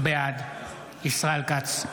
בעד ישראל כץ,